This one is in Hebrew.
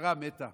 ושרה מתה.